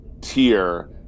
tier –